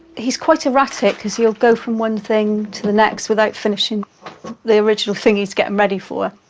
he's quite erratic, because he'll go from one thing to the next without finishing the original thing he's getting ready for.